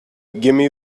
gimme